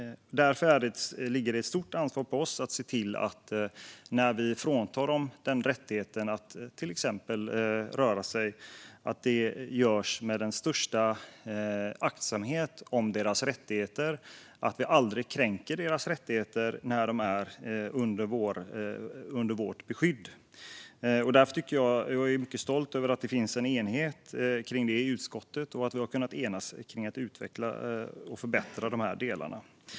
Därför ligger det ett stort ansvar på oss, när vi fråntar barn rättigheten att röra sig fritt, att se till att det görs med största aktsamhet så att vi aldrig kränker barnens rättigheter när de är under vårt beskydd. Jag är mycket stolt över att det finns en enighet om detta i utskottet och att vi har kunnat enas om att utveckla och förbättra dessa delar.